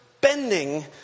bending